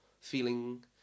feeling